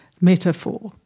metaphor